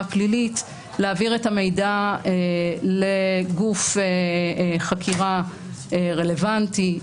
פלילית להעביר את המידע לגוף חקירה רלוונטי.